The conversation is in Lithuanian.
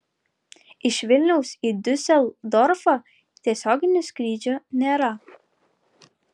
iš vilniaus į diuseldorfą tiesioginio skrydžio nėra